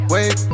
Wait